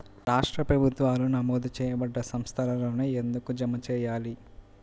రాష్ట్ర ప్రభుత్వాలు నమోదు చేయబడ్డ సంస్థలలోనే ఎందుకు జమ చెయ్యాలి?